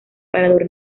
parador